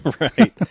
Right